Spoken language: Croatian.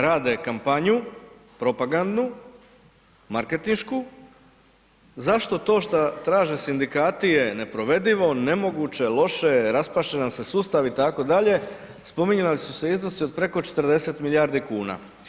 Rade kampanju propagandnu, marketinšku zašto to šta traže sindikati je neprovedivo, nemoguće, loše, raspast će nam se sustav itd., spominjali su se iznosi od preko 40 milijardi kuna.